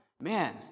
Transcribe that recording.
Man